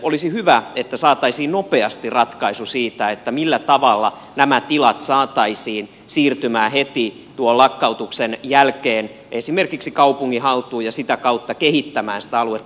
olisi hyvä että saataisiin nopeasti ratkaisu siitä millä tavalla nämä tilat saataisiin siirtymään heti tuon lakkautuksen jälkeen esimerkiksi kaupungin haltuun ja sitä kautta kehittämään sitä aluetta